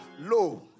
low